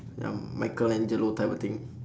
um michelangelo type of thing